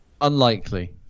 Unlikely